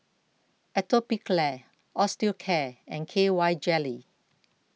Atopiclair Osteocare and K Y Jelly